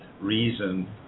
reason